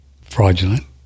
fraudulent